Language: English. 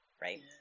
Right